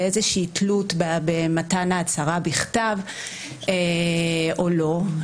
באיזושהי תלות במתן ההצהרה בכתב או לא.